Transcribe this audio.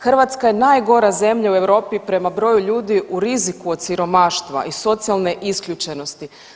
Hrvatska je najgora zemlja u Europi prema broju ljudi u riziku od siromaštva i socijalne isključenosti.